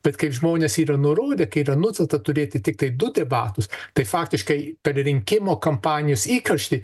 bet kaip žmonės yra nurodę kai yra nutarta turėti tiktai du debatus tai faktiškai per rinkimų kampanijos įkarštį